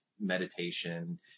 meditation